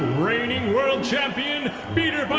reigning world champion peter but